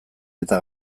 eta